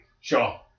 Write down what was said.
Sure